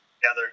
together